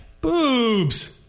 Boobs